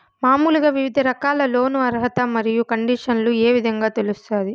మామూలుగా వివిధ రకాల లోను అర్హత మరియు కండిషన్లు ఏ విధంగా తెలుస్తాది?